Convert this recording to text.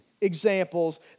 examples